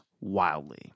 wildly